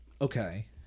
Okay